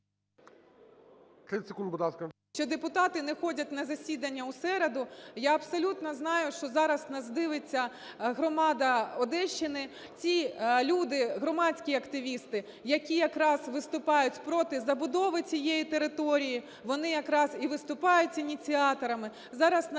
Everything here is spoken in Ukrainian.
…що депутати не ходять на засідання у середу. Я абсолютно знаю, що зараз нас дивиться громада Одещини. Ці люди, громадські активісти, які якраз виступають проти забудови цієї території, вони якраз і виступають ініціаторами.